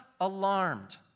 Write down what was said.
alarmed